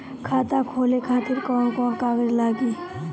खाता खोले खातिर कौन कौन कागज लागी?